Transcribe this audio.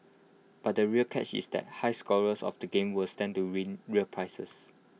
but the real catch is that high scorers of the game will stand to win real prizes